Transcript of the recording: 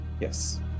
Yes